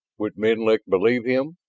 would menlik believe him?